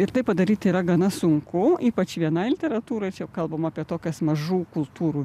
ir tai padaryt yra gana sunku ypač vienai literatūrai čia kalbam apie tokias mažų kultūrų